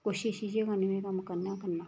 कोशिश इ'यै करनी में कम्म करना गै करना